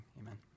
amen